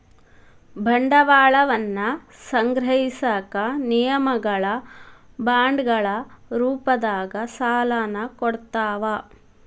ಬಂಡವಾಳವನ್ನ ಸಂಗ್ರಹಿಸಕ ನಿಗಮಗಳ ಬಾಂಡ್ಗಳ ರೂಪದಾಗ ಸಾಲನ ಕೊಡ್ತಾವ